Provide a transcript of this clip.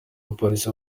abapolisi